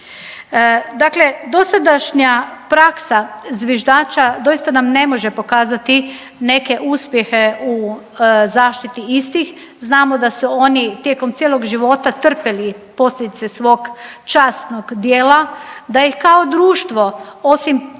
Dakle, dosadašnja praksa zviždača doista nam ne može pokazati neke uspjehe u zaštiti istih. Znamo da su oni tijekom cijelog života trpjeli posljedice svog časnog djela, da ih kao društvo, osim prema